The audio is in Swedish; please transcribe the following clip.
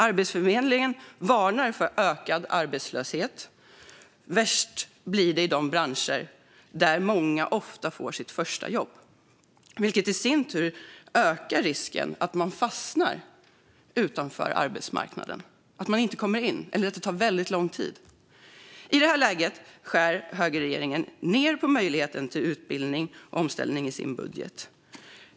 Arbetsförmedlingen varnar för ökad arbetslöshet. Värst blir det i de branscher där många får sitt första jobb, vilket i sin tur ökar risken för att man fastnar utanför arbetsmarknaden - att man inte kommer in eller att det tar väldigt lång tid. I detta läge skär högerregeringen i sin budget ned på möjligheten till utbildning och omställning.